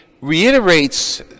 reiterates